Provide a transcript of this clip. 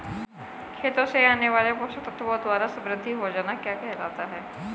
खेतों से आने वाले पोषक तत्वों द्वारा समृद्धि हो जाना क्या कहलाता है?